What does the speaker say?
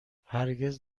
هرگز